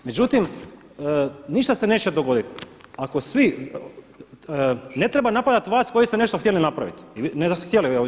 Međutim, ništa se neće dogoditi ako svi, ne treba napadati vas koji ste nešto htjeli napraviti, ne da ste htjeli.